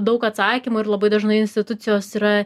daug atsakymų ir labai dažnai institucijos yra